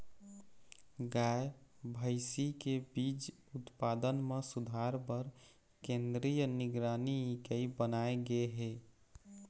गाय, भइसी के बीज उत्पादन म सुधार बर केंद्रीय निगरानी इकाई बनाए गे हे